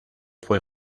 fue